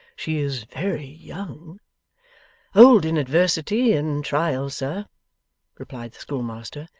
she is very young old in adversity and trial, sir replied the schoolmaster.